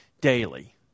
daily